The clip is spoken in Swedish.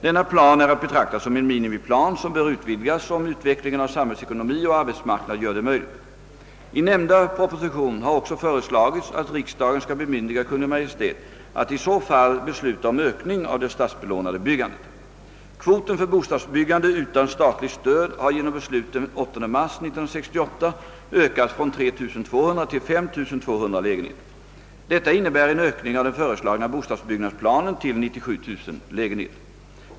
Denna plan är att betrakta som en minimiplan som bör utvidgas om utvecklingen av samhällsekonomi och arbetsmarknad gör det möjligt. I nämnda proposition har också föreslagits att riksdagen skall bemyndiga Kungl. Maj:t att i så fall besluta om ökning av det statsbelånade byggandet. Kvoten för bostadsbyggande utan statligt stöd har genom beslut den 8 mars 1968 ökats från 3 200 till 5 200 lägenheter. Detta innebär en ökning av den föreslagna bostadsbyggnadsplanen till 97 000 lägenheter.